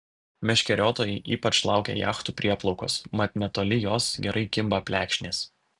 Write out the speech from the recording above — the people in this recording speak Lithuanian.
meškeriotojai ypač laukia jachtų prieplaukos mat netoli jos gerai kimba plekšnės